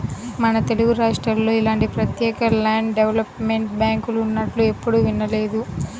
మన తెలుగురాష్ట్రాల్లో ఇలాంటి ప్రత్యేక ల్యాండ్ డెవలప్మెంట్ బ్యాంకులున్నట్లు ఎప్పుడూ వినలేదు